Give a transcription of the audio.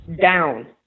down